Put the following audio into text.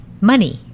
money